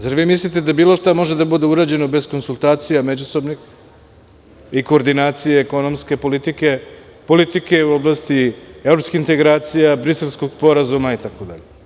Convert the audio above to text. Zar vi mislite da bilo šta može da bude urađeno bez međusobnih konsultacija i koordinacije i ekonomske politike, politike u oblasti evropskih integracija, Briselskog sporazuma itd?